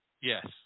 Yes